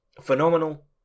phenomenal